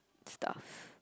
stuff